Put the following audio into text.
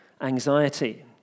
anxiety